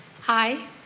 Hi